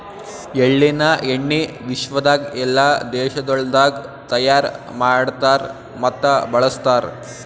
ಎಳ್ಳಿನ ಎಣ್ಣಿ ವಿಶ್ವದಾಗ್ ಎಲ್ಲಾ ದೇಶಗೊಳ್ದಾಗ್ ತೈಯಾರ್ ಮಾಡ್ತಾರ್ ಮತ್ತ ಬಳ್ಸತಾರ್